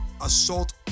assault